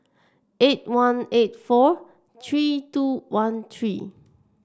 eight one eight four three two one three